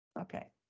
Okay